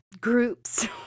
groups